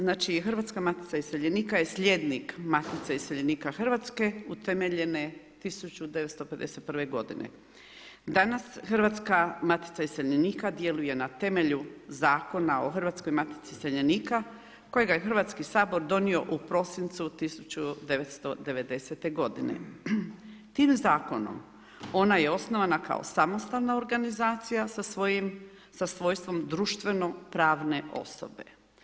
Znači Hrvatska matica iseljenika je slijednik Matice iseljenika Hrvatske utemeljene 1951. g. Danas Hrvatska matica iseljenika djeluje na temelju Zakona o Hrvatskoj matici iseljenika kojega je Hrvatski sabor donio u prosincu 1990. g. Tim zakonom ona je osnovana kao samostalna organizacija sa svojstvom društveno pravne osobe.